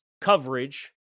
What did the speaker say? coverage